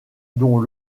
dont